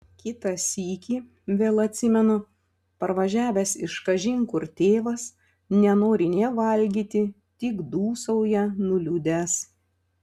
kitą sykį vėl atsimenu parvažiavęs iš kažin kur tėvas nenori nė valgyti tik dūsauja nuliūdęs